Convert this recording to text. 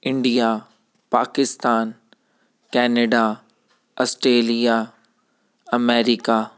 India Pakistan Canada Australia America